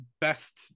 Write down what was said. best